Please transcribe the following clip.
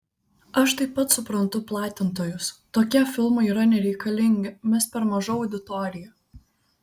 aš taip pat suprantu platintojus tokie filmai yra nereikalingi mes per maža auditorija